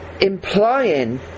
implying